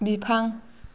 बिफां